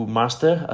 master